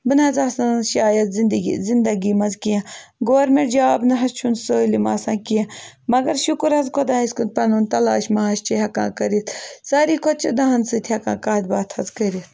بہٕ نہ حظ آسٕہ ہا نہٕ شاید زِندگی زِندگی منٛز کینٛہہ گورمٮ۪نٛٹ جاب نہ حظ چھُنہٕ سٲلِم آسان کینٛہہ مگر شُکُر حظ خۄدایَس کُن پَنُن تَلاش ماش چھِ ہٮ۪کان کٔرِتھ ساروی کھۄتہٕ چھِ دَہَن سۭتۍ ہٮ۪کان کَتھ باتھ حظ کٔرِتھ